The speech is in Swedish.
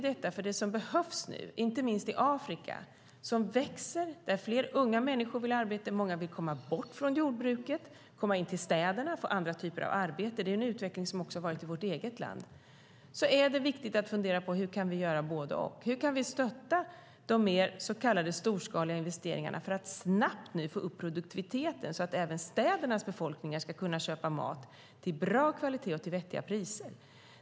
Det som behövs nu - inte minst i Afrika som växer och där fler unga människor vill ha arbete och många vill komma bort från jordbruket och komma in till städerna och få andra typer av arbete, en utveckling som har funnits också i vårt eget land - är att fundera över hur vi kan göra både och, hur vi kan stötta de mer så kallade storskaliga investeringarna för att nu snabbt få upp produktiviteten, så att även städernas befolkningar kan köpa mat med bra kvalitet och till vettiga priser.